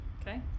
Okay